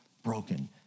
Broken